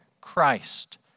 Christ